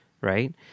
Right